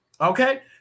Okay